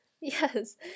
yes